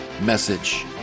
message